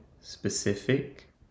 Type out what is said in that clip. specific